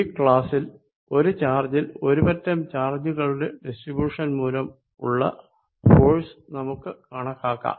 ഈ ക്ളാസിൽ ഒരു ചാർജിൽ ഒരു പറ്റം ചാർജുകളുടെ ഡിസ്ട്രിബ്യൂഷൻ മൂലമുള്ള ഫോഴ്സ് നമുക്ക് കണക്കാക്കാം